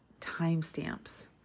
timestamps